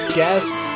guest